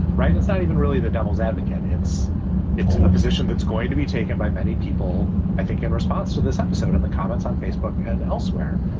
right. it's not even really the devil's advocate. it's it's a position that's going to be taken by many people. i think in response to this episode, in the comments on facebook and elsewhere,